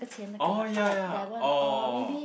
oh ya ya oh